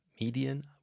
median